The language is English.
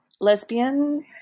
lesbian